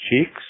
cheeks